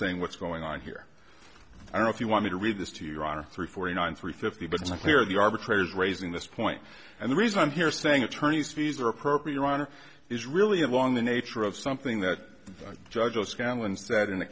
saying what's going on here i don't know if you want me to read this to your honor three forty nine three fifty but it's clear the arbitrator is raising this point and the reason i'm here saying attorneys fees are appropriate or honor is really along the nature of something that judges scanlan said in the